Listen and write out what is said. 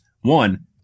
one